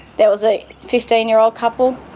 there was a fifteen year old couple.